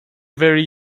very